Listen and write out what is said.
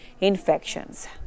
infections